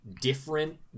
different